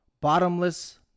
bottomless